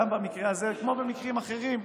כמו במקרים אחרים,